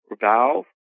valve